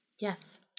Yes